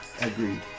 Agreed